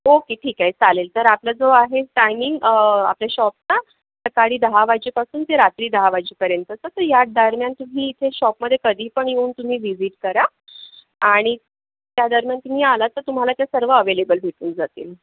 okay ठीक आहे चालेल तर आपला जो आहे टायमिंग आपल्या शॉपचा सकाळी दहा वाजेपासून ते रात्री दहा वाजे पर्यंतच तर या दरम्यान तुम्ही इथे शॉपमध्ये कधी पण येऊन तुम्ही व्हिजिट करा आणि त्या दरम्यान तुम्ही आलात तर तुम्हाला ते सर्व अवेलेबल भेटून जातील